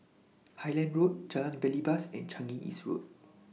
Highland Road Jalan Belibas and Changi East Road